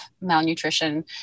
malnutrition